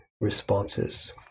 responses